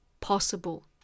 possible